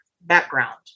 background